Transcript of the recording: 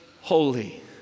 holy